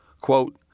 Quote